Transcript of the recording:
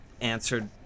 answered